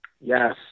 Yes